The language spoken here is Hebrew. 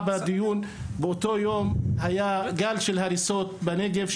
באותו יום היה גל של הריסות בנגב,